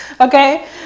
okay